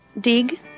Dig